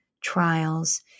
trials